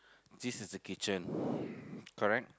this is the kitchen correct